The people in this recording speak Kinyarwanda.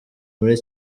muri